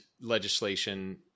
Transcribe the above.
legislation